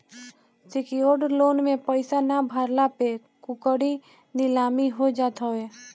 secured loan में पईसा ना भरला पे कुड़की नीलामी हो जात हवे